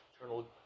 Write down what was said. internal